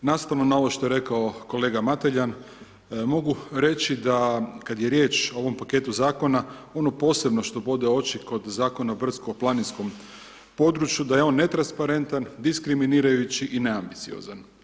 Nastavno na ovo što je rekao kolega Mateljan, mogu reći da kada je riječ o ovom paketu zakona ono posebno što bode oči kod Zakona o brdsko planinskom području da je on netransparentan, diskriminirajući i neambiciozan.